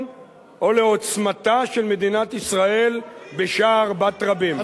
או לעוצמתה של מדינת ישראל בשער בת רבים.